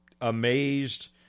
amazed